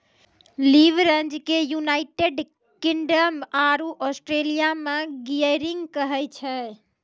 leverage के United Kingdom आरो Australia मे गियरिंग कहै छै